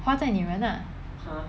花在女人 lah